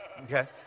Okay